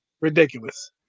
Ridiculous